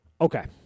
Okay